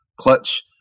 clutch